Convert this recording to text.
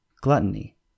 gluttony